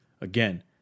Again